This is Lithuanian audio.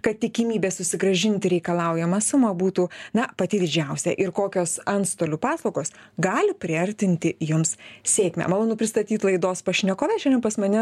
kad tikimybė susigrąžinti reikalaujamą sumą būtų na pati didžiausia ir kokios antstolių paslaugos gali priartinti jums sėkmę malonu pristatyt laidos pašnekoves šiandien pas mane